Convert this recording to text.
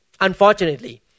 Unfortunately